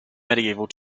medieval